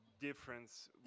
difference